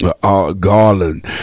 Garland